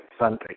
Sunday